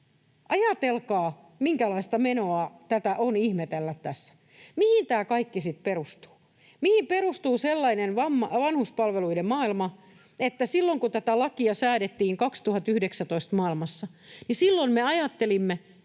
Ajatelkaa, minkälaista menoa tätä on ihmetellä tässä. Mihin tämä kaikki sitten perustuu? Mihin perustuu sellainen vanhuspalveluiden maailma, että silloin kun tätä lakia säädettiin vuoden 2019 maailmassa, me ajattelimme,